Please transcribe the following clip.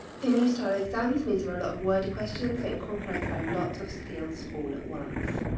the new style exams means are a lot of wordy questions that incorporate a lot of skills all at once.